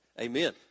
amen